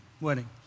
wedding